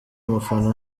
umufana